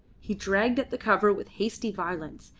he dragged at the cover with hasty violence,